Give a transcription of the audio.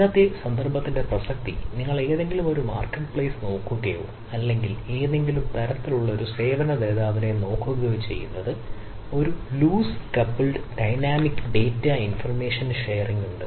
ഇന്നത്തെ സന്ദർഭത്തിന്റെ പ്രസക്തി നിങ്ങൾ ഏതെങ്കിലും ഇ മാർക്കറ്റ്പ്ലെയ്സ് ഉണ്ട്